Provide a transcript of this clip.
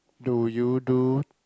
do you do